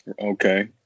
Okay